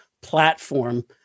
platform